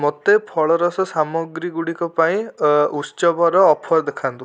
ମୋତେ ଫଳରସ ସାମଗ୍ରୀଗୁଡ଼ିକ ପାଇଁ ଉତ୍ସବର ଅଫର୍ ଦେଖାନ୍ତୁ